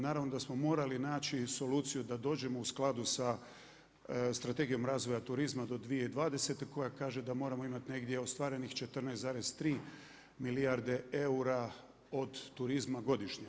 Naravno da smo morali naći soluciju da dođemo u skladu sa Strategijom razvoja turizma do 2020. koja kaže da moramo imati negdje ostvarenih 14,3 milijarde eura od turizma godišnje.